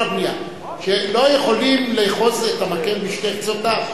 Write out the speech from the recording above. כל הבנייה, שלא יכולים לאחוז את המקל בשני קצותיו.